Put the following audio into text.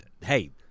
hey